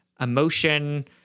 emotion